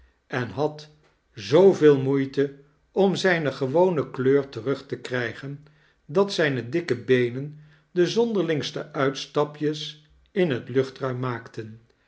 en had zooveel moedte om zijne gewone kleur terug te krijgen dat zijn dikke beenen de zonderlingste uitstapjes in het luchtruim maakten